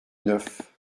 neuf